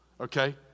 Okay